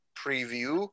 preview